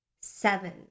seven